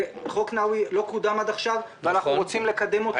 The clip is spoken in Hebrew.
חוק נאווי לא קוּדם עד עכשיו ואנחנו רוצים לקדם אותו.